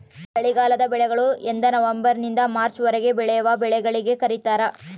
ಚಳಿಗಾಲದ ಬೆಳೆಗಳು ಎಂದನವಂಬರ್ ನಿಂದ ಮಾರ್ಚ್ ವರೆಗೆ ಬೆಳೆವ ಬೆಳೆಗಳಿಗೆ ಕರೀತಾರ